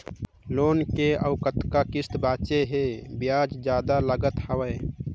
Loan के अउ कतका किस्त बांचें हे? ब्याज जादा लागत हवय,